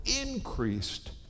increased